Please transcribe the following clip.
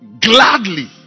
gladly